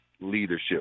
leadership